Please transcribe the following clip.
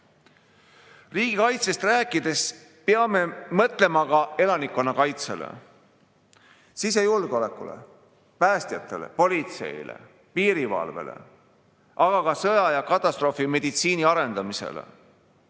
Riigikaitsest rääkides peame mõtlema ka elanikkonnakaitsele, sisejulgeolekule, päästjatele, politseile, piirivalvele, aga ka sõja- ja katastroofimeditsiini arendamisele.